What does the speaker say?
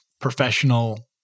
professional